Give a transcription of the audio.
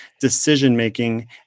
decision-making